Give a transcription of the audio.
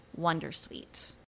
wondersuite